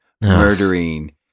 murdering